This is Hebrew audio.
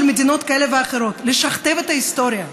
מדינות כאלה ואחרות לשכתב את ההיסטוריה,